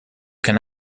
can